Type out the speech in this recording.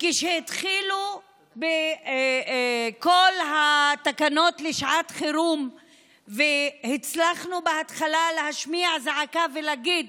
כשהתחילו בכל התקנות לשעת חירום הצלחנו בהתחלה להשמיע זעקה ולהגיד